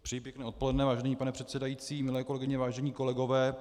Přeji pěkné odpoledne, vážený pane předsedající, milé kolegyně, vážení kolegové.